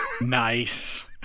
Nice